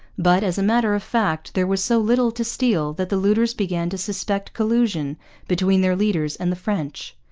but, as a matter of fact, there was so little to steal that the looters began to suspect collusion between their leaders and the french.